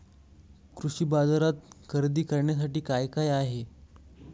कृषी बाजारात खरेदी करण्यासाठी काय काय आहे?